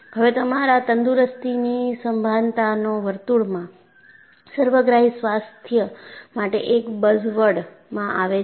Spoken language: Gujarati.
હવે તમારા તંદુરસ્તીની સભાનતાને વર્તુળોમાં સર્વગ્રાહી સ્વાસ્થ્ય માટે એક બઝવર્ડમાં આવે છે